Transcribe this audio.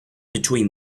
between